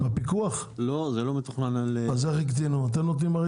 אז איך הקטינו?